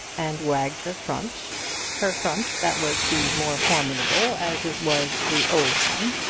and wagged her front her front that was the more formidable as it was the old one,